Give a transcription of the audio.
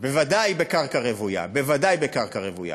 בוודאי בקרקע רוויה, בוודאי בקרקע רוויה.